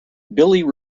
billy